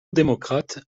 démocrate